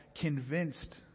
convinced